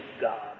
God